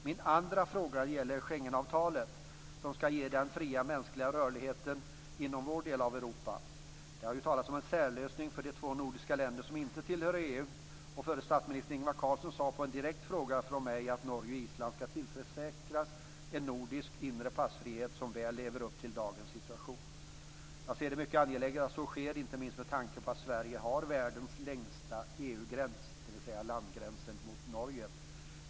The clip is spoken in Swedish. Min andra fråga gäller Schengenavtalet, som skall ge fri rörlighet för människor inom vår del av Europa. Det har ju talats om en särlösning för de två nordiska länder som inte tillhör EU. Förre statsministern Ingvar Carlsson svarade på en direkt fråga från mig att Norge och Island skall tillförsäkras en nordisk inre passfrihet som väl lever upp till dagens situation. Jag ser det som mycket angeläget att så sker, inte minst med tanke på att Sverige har EU:s längsta gräns, dvs. landgränsen mot Norge.